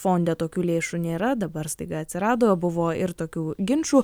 fonde tokių lėšų nėra dabar staiga atsirado buvo ir tokių ginčų